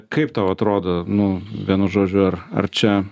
kaip tau atrodo nu vienu žodžiu ar ar čia